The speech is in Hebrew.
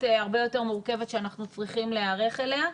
הרבה יותר מורכבת שאנחנו צריכים להיערך אליה.